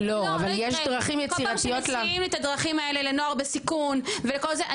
כל פעם שמציעים את הדרכים האלה לנוער בסיכון וכל זה,